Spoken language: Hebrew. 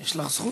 יש לך זכות.